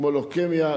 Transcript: כמו לוקמיה,